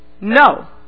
No